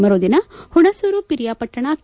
ಮರುದಿನ ಹುಣಸೂರು ಪಿಲಿಯಾಪಟ್ಟಣ ಕೆ